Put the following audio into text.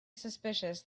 suspicious